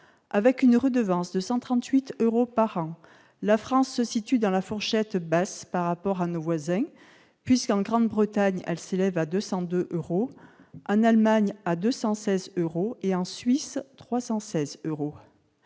Avec une redevance fixée à 138 euros par an, la France se situe dans la fourchette basse par rapport à nos voisins puisque, en Grande-Bretagne, elle s'élève à 202 euros, en Allemagne, à 216 euros, et en Suisse, à 316 euros.